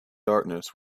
darkness